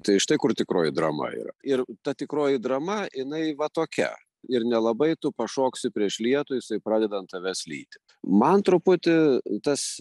tai štai kur tikroji drama yra ir ta tikroji drama jinai va tokia ir nelabai tu pašoksi prieš lietų jisai pradeda ant tavęs lyti man truputį tas